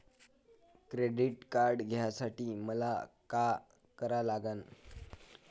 Credit card घ्यासाठी मले का करा लागन?